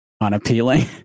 unappealing